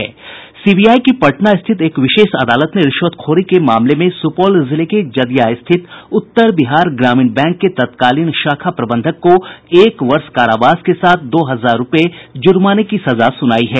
CBI की पटना स्थित विशेष अदालत ने रिश्वतखोरी के मामले में सुपौल जिले के जदिया स्थित उत्तर बिहार ग्रामीण बैंक के तत्कालीन शाखा प्रबंधक को एक वर्ष सश्रम कारावास के साथ दो हजार रुपये जुर्माने की सजा सुनाई है